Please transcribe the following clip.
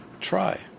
try